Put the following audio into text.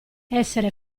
essere